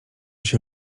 się